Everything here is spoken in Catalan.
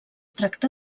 tracta